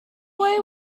away